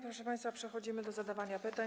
Proszę państwa, przechodzimy do zadawania pytań.